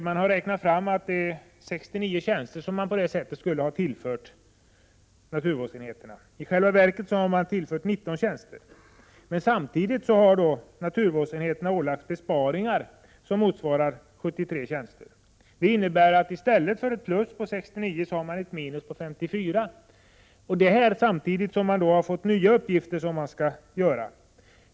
Man har räknat fram att det är 69 tjänster man på det sättet skulle ha tillfört naturvårdsenheterna. I själva verket har man tillfört 19 tjänster. Samtidigt har naturvårdsenheterna ålagts besparingar som motsvarar 73 tjänster. Det innebär att man i stället för ett plus på 69 tjänster har ett minus på 54. Detta sker samtidigt som enheterna fått nya uppgifter att utföra.